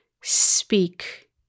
speak